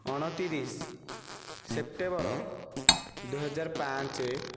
ଅଣତିରିଶ ସେପ୍ଟେବର ଦୁଇ ହଜାର ପାଞ୍ଚ